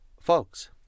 folks